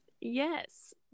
Yes